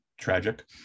tragic